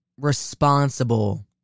responsible